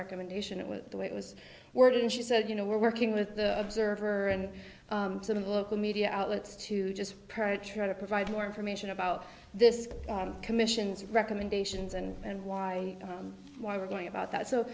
recommendation it was the way it was worded and she said you know we're working with the observer and some of the local media outlets to just parrot try to provide more information about this commission's recommendations and why why we're going about that so